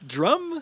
Drum